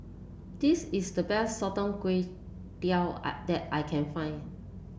this is the best Sotong Char Kway that I can find